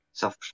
self